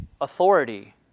authority